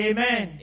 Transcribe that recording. Amen